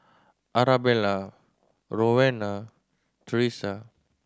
Arabella Rowena Theresa